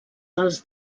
dels